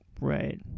Right